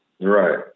Right